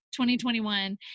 2021